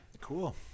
Cool